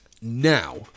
now